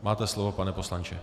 Máte slovo, pane poslanče.